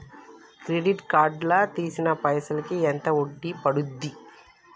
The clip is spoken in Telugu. క్రెడిట్ కార్డ్ లా తీసిన పైసల్ కి ఎంత వడ్డీ పండుద్ధి?